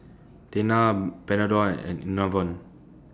Tena Panadol and Enervon